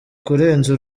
kurenza